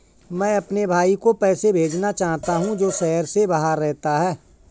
मैं अपने भाई को पैसे भेजना चाहता हूँ जो शहर से बाहर रहता है